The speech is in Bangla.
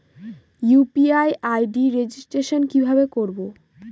ইউ.পি.আই আই.ডি রেজিস্ট্রেশন কিভাবে করব?